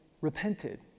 repented